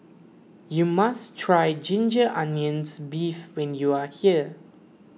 you must try Ginger Onions Beef when you are here